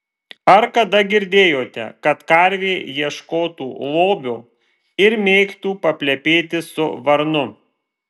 ar kada girdėjote kad karvė ieškotų lobio ir mėgtų paplepėti su varnu